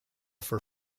for